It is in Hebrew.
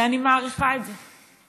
ואני מעריכה את זה.